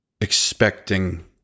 expecting